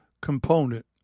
component